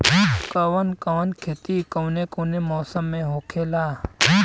कवन कवन खेती कउने कउने मौसम में होखेला?